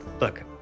look